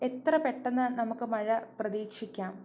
എത്ര പെട്ടെന്ന് നമുക്ക് മഴ പ്രതീക്ഷിക്കാം